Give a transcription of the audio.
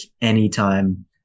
anytime